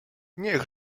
niech